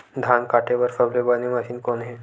धान काटे बार सबले बने मशीन कोन हे?